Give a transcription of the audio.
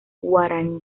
guaraní